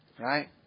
Right